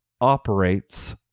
operates